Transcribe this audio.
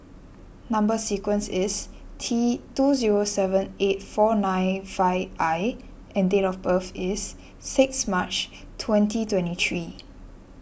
Number Sequence is T two seven eight four nine five I and date of birth is six March twenty twenty three